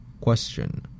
Question